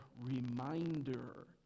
reminder